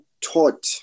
taught